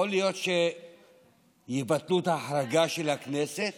יכול להיות שיבטלו את ההחרגה של הכנסת